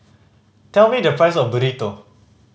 tell me the price of Burrito